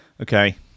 Okay